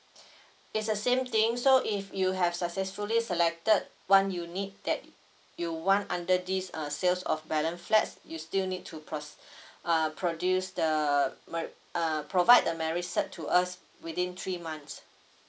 it's the same thing so if you have successfully selected one you need that you want under this uh sales of balance flats you still need to proc~ uh produce the mar~ uh provide the marriage cert to us within three months